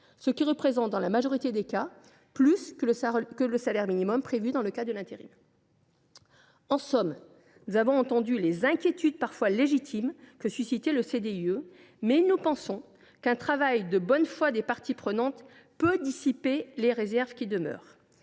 ce qui représente, dans la majorité des cas, plus que le salaire minimum prévu dans le cas de l’intérim. En somme, nous avons entendu les inquiétudes, parfois légitimes, que suscitait le CDIE, mais nous pensons qu’un travail de bonne foi des parties prenantes peut dissiper les réserves qui demeurent.